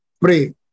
pray